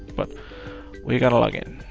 but we're gonna log in.